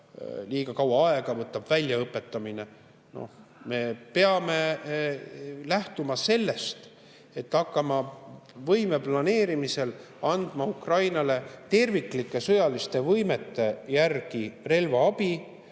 liiga kaua aega. Me peame lähtuma sellest, et hakkame võime planeerimisel andma Ukrainale terviklike sõjaliste võimete järgi relvaabi